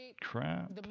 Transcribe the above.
crap